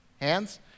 Hands